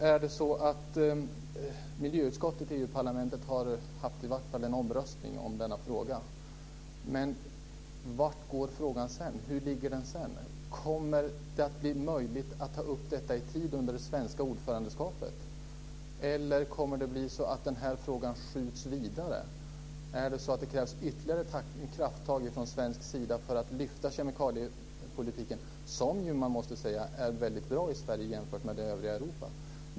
Fru talman! Såvitt jag förstår har Europaparlamentets miljöutskott åtminstone haft en omröstning i denna fråga. Men vart går frågan sedan? Kommer det att bli möjligt att ta upp detta under den svenska ordförandeperioden, eller kommer denna fråga att skjutsas vidare? Krävs det ytterligare krafttag från svensk sida för att lyfta fram kemikaliepolitiken, som - det måste sägas - i Sverige är väldigt bra jämfört med vad som gäller det övriga Europa?